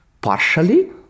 partially